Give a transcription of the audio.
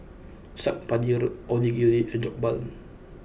Saag Paneer Onigiri and Jokbal